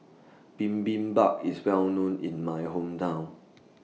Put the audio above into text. Bibimbap IS Well known in My Hometown